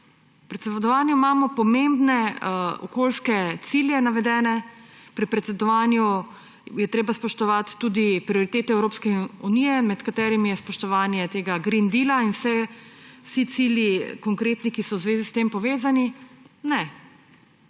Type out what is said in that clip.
V predsedovanju imamo pomembne okoljske cilje navedene. Pri predsedovanju je treba spoštovati tudi prioritete Evropske unije, med katerim je spoštovanje tega zelenega dogovora, in vse konkretne cilje, ki so s tem povezani. Ne,